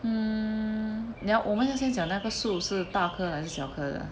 um 等一下我们要先讲那个树是大颗还是小颗的